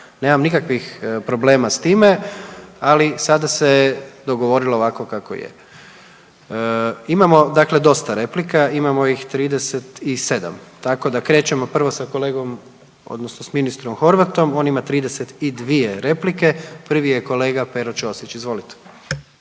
nemam nikakvih problema s time, ali sada se dogovorilo ovako kako je. Imamo dakle dosta replika, imamo ih 37, tako da krećemo prvo sa kolegom, odnosno s ministrom Horvatom, on ima 32 replike, prvi je kolega Pero Ćosić, izvolite.